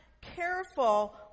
careful